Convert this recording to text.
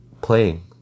playing